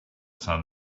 sun